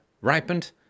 ripened